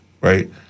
right